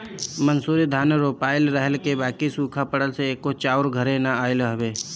मंसूरी धान रोपाइल रहल ह बाकि सुखा पड़ला से एको चाउर घरे ना आइल हवे